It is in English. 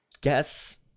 guess